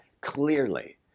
clearly